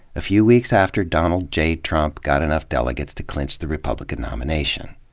a few weeks after donald j. trump got enough delegates to clinch the republican nomination.